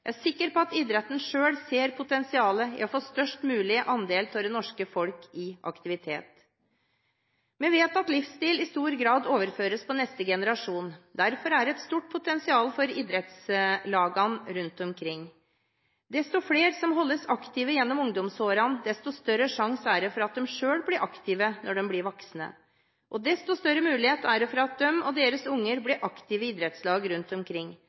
Jeg er sikker på at idretten selv ser potensialet i å få en størst mulig andel av det norske folk i aktivitet. Vi vet at livsstil i stor grad overføres til neste generasjon. Derfor er det et stort potensial for idrettslagene rundt omkring. Jo flere som holdes aktive gjennom ungdomsårene, desto større sjanse er det for at de selv blir aktive når de blir voksne, og det er en større mulighet for at de og deres unger blir aktive i idrettslag rundt omkring.